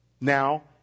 now